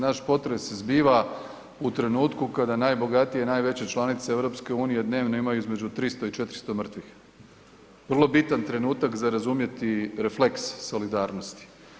Naš potres se zbiva u trenutku kada najbogatije i najveće članice EU dnevno imaju između 300 i 400 mrtvih, vrlo bitan trenutak za razumjeti refleks solidarnosti.